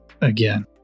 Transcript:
again